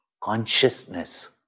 consciousness